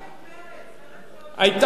לא מרצ, רק מפלגת העבודה.